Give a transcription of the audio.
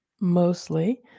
mostly